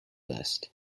list